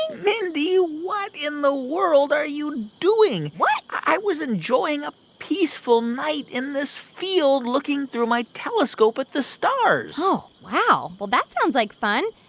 mindy, what in the world are you doing? what? i was enjoying a peaceful night in this field, looking through my telescope at the stars oh, wow. well, that sounds like fun.